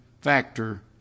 factor